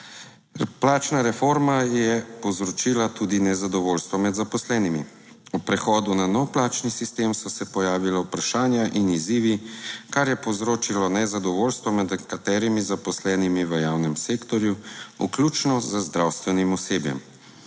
Plačna reforma je povzročila tudi nezadovoljstvo med zaposlenimi: ob prehodu na nov plačni sistem so se pojavila vprašanja in izzivi, kar je povzročilo nezadovoljstvo med nekaterimi zaposlenimi v javnem sektorju, vključno z zdravstvenim osebjem.